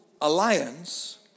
alliance